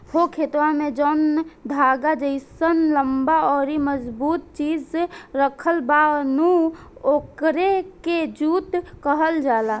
हो खेतवा में जौन धागा जइसन लम्बा अउरी मजबूत चीज राखल बा नु ओकरे के जुट कहल जाला